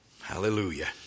Hallelujah